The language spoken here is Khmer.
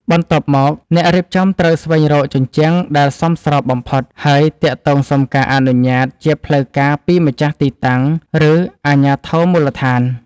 បន្ទាប់មក អ្នករៀបចំត្រូវស្វែងរកជញ្ជាំងដែលសមស្របបំផុត ហើយទាក់ទងសុំការអនុញ្ញាតជាផ្លូវការពីម្ចាស់ទីតាំង ឬអាជ្ញាធរមូលដ្ឋាន។